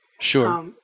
Sure